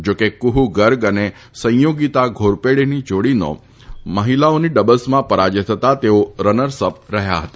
જોકે કુહ્ ગર્ગ અને સંયોગીતા ધોરપડેની જોડીનો મહિલાઓની ડબલ્સમાં પરાજય થતા તેઓ રનર્સ અપ રહ્યા હતા